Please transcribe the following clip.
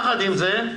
יחד עם זה,